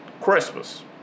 Christmas